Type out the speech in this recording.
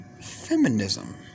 feminism